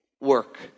work